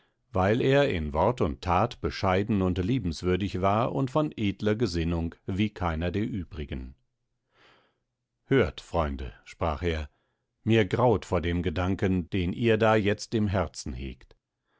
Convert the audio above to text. weil er in wort und tat bescheiden und liebenswürdig war und von edler gesinnung wie keiner der übrigen hört freunde sprach er mir graut vor dem gedanken den ihr da jetzt im herzen hegt